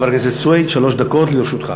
בבקשה, חבר הכנסת סוייד, שלוש דקות לרשותך.